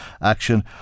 action